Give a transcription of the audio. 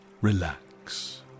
Relax